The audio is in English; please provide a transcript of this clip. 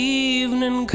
evening